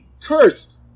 cursed